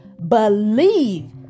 Believe